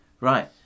Right